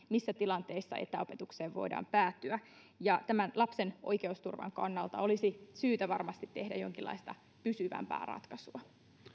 missä tilanteissa etäopetukseen voidaan päätyä lapsen oikeusturvan kannalta olisi syytä varmasti tehdä jonkinlaista pysyvämpää ratkaisua